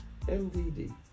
MDD